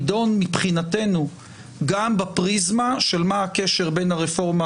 יידון מבחינתנו גם בפריזמה של מה הקשר בין הרפורמה